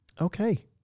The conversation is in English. Okay